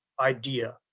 idea